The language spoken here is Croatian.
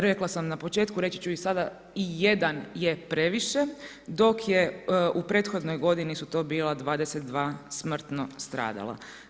Rekla sam na početku, reći ću i sada i jedan je previše dok je u prethodnoj godini su to bila 22 smrtno stradala.